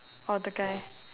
or the guy